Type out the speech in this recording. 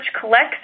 collects